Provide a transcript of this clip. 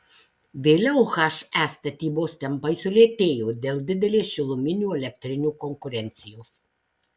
vėliau he statybos tempai sulėtėjo dėl didelės šiluminių elektrinių konkurencijos